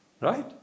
Right